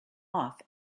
off